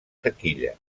taquilla